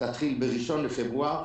תתחיל ב-1 בפברואר.